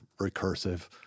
recursive